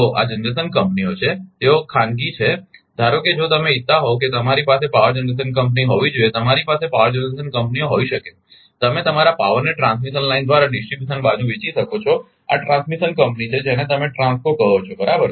તો આ જનરેશન કંપનીઓ છે તેઓ ખાનગી છે ધારો કે જો તમે ઇચ્છતા હોવ કે મારી પાસે પાવર જનરેશન કંપની હોવી જોઈએ તમારી પાસે પાવર જનરેશન કંપનીઓ હોઇ શકે તમે તમારા પાવરને ટ્રાન્સમિશન લાઇન દ્વારા ડિસ્ટ્રિબ્યુશન બાજુ વેચી શકો છો આ ટ્રાન્સમિશન કંપની છે જેને તમે ટ્રાંસ્કો કહો છો બરાબર